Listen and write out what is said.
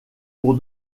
pour